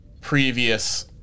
previous